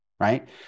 Right